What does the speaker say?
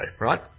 Right